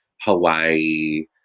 Hawaii